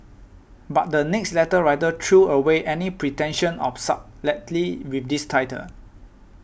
but the next letter writer threw away any pretension of subtlety with this title